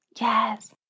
Yes